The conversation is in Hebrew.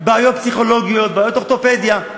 בעיות פסיכולוגיות, בעיות אורתופדיה.